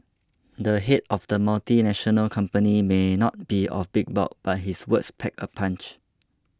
the head of the multinational company may not be of big bulk but his words pack a punch